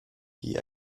die